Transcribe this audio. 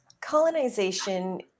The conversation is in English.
colonization